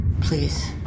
Please